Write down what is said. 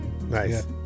nice